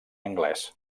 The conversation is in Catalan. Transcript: anglès